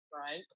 Right